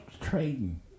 trading